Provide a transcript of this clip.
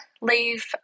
leave